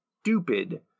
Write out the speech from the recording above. stupid